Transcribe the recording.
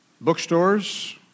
bookstores